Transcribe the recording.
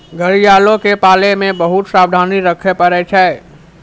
घड़ियालो के पालै मे बहुते सावधानी रक्खे पड़ै छै